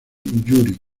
yuri